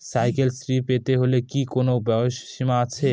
Cycle Shri পেতে হলে কি কোনো বয়সের সীমা আছে?